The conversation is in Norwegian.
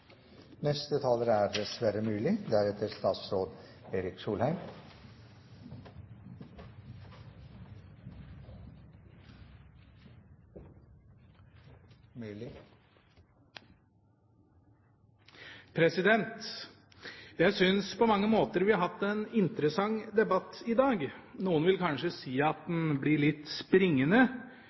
Jeg synes på mange måter vi har hatt en interessant debatt i dag. Noen vil kanskje si at det blir litt springende